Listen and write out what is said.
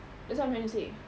that's what I'm trying to say